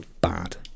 bad